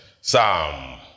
Psalm